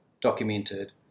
documented